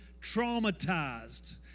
traumatized